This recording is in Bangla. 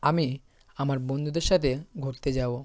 আমি আমার বন্ধুদের সাথে ঘুরতে যাব